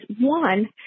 one